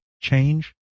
change